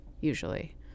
usually